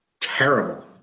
terrible